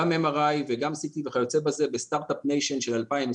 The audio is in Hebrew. גם MRI וגם CT וכיוצא בזה באומת סטארט-אפ של 2022,